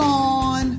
on